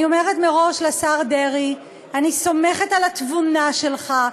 אני אומרת מראש לשר דרעי: אני סומכת על התבונה שלך,